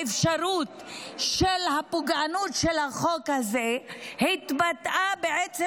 האפשרות של הפוגענות של החוק הזה התבטאה בעצם